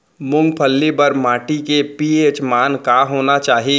मूंगफली बर माटी के पी.एच मान का होना चाही?